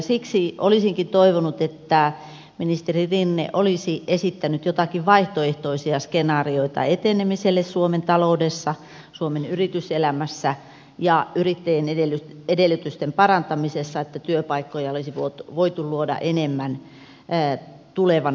siksi olisinkin toivonut että ministeri rinne olisi esittänyt joitakin vaihtoehtoisia skenaarioita etenemiselle suomen taloudessa suomen yrityselämässä ja yrittäjien edellytysten parantamisessa että työpaikkoja olisi voitu luoda enemmän tulevana vuonna